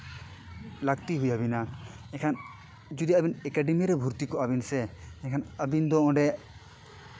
ᱞᱟᱹᱠᱛᱤ ᱦᱩᱭᱟ ᱵᱤᱱᱟ ᱮᱱᱠᱷᱟᱱ ᱡᱩᱫᱤ ᱟᱹᱵᱤᱱ ᱮᱠᱟᱰᱮᱢᱤ ᱨᱮ ᱵᱷᱚᱨᱛᱤ ᱠᱚᱜ ᱟᱹᱵᱤ ᱥᱮ ᱮᱱᱠᱷᱟᱱ ᱟᱹᱵᱤᱱ ᱫᱚ ᱚᱸᱰᱮ